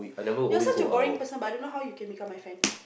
you're such a boring person but I don't know how you can become my friend